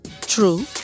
True